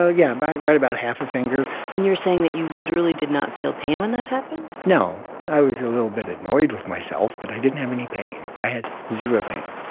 ah yeah, and right about half a finger and you're saying that you literally did not feel pain when that happened no. i was a little bit annoyed with myself, but i didn't have any pain. i had zero pain.